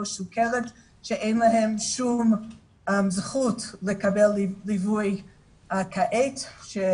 סכרת שאין להם שום זכות לקבל ליווי כעת,